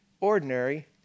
ordinary